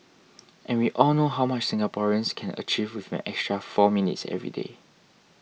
and we all know how much Singaporeans can achieve with an extra four minutes every day